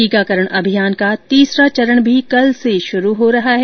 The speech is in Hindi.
टीकाकरण अभियान का तीसरा चरण भी कल से शुरू हो रहा है